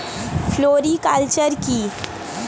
Floriculture কি?